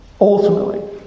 Ultimately